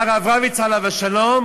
היה הרב רביץ, עליו השלום,